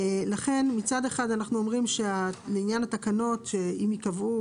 לכן אנחנו אומרים שלעניין התקנות הגורמים